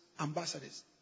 ambassadors